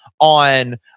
on